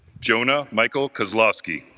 jonah michael kozlowski